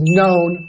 known